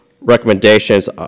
recommendations